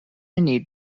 need